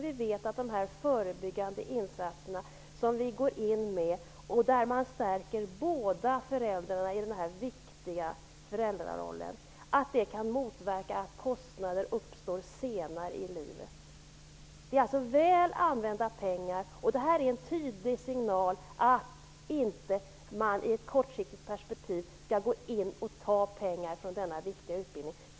Vi vet att de förebyggande insatserna, där man stärker båda föräldrarna i den viktiga föräldrarollen, kan medföra att kostnader uppstår senare i livet. Det här är alltså väl använda pengar. Det är en tydlig signal om att man i ett kortsiktigt perspektiv inte skall ta pengar från denna viktiga utbildning.